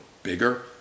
bigger